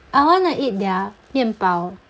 I wanna eat their 面包